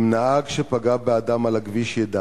אם נהג שפגע באדם על הכביש ידע